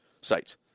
sites